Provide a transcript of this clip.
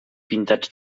pintats